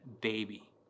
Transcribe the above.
baby